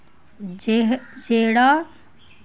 जेह् जेह्ड़ा